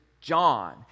John